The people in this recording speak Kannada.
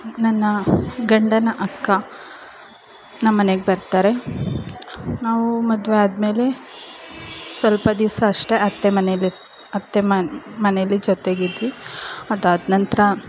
ನನ್ನ ಗಂಡನ ಅಕ್ಕ ನಮ್ಮ ಮನೆಗ್ ಬರ್ತಾರೆ ನಾವು ಮದುವೆ ಆದಮೇಲೆ ಸ್ವಲ್ಪ ದಿವಸ ಅಷ್ಟೇ ಅತ್ತೆ ಮನೆಯಲ್ಲಿ ಅತ್ತೆ ಮನೆಯಲ್ಲಿ ಜೊತೆಗಿದ್ವಿ ಅದಾದ ನಂತರ